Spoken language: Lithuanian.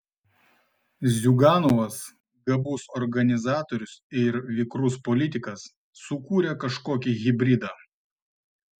ziuganovas gabus organizatorius ir vikrus politikas sukūrė kažkokį hibridą